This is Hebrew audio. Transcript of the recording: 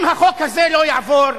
אם החוק הזה לא יעבור,